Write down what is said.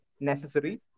necessary